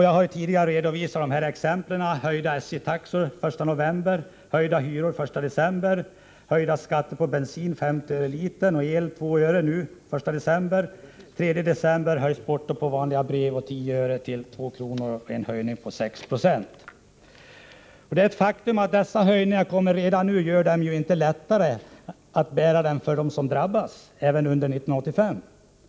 Jag har tidigare redovisat dessa exempel: höjda SJ-taxor den 1 november, höjda hyror den 1 december, höjda skatter på bensin — 50 öre per liter — och el, 2 öre per kWh — och den 1 december och den 3 december höjs portot på vanliga brev med 10 öre till 2kr., det är en höjning med 6 96. Det är ett faktum att bara för att dessa höjningar kommer redan nu, blir de inte lättare att bära under 1985 för den som drabbas.